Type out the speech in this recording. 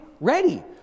ready